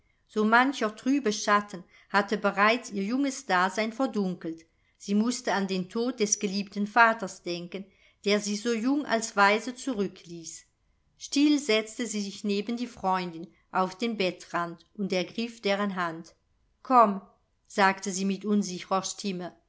so mancher trübe schatten hatte bereits ihr junges dasein verdunkelt sie mußte an den tod des geliebten vaters denken der sie so jung als waise zurückließ still setzte sie sich neben die freundin auf den bettrand und ergriff deren hand komm sagte sie mit